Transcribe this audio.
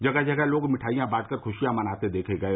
जगह जगह लोग मिठाईया बांट कर खुशियां मनाते देखे गये